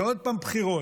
ועוד פעם בחירות,